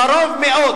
קרוב מאוד